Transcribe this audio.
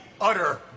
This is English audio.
utter